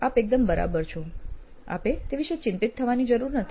આપ એકદમ બરાબર છે આપે તે વિષે ચિંતિત થવાની જરૂર નથી